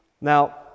Now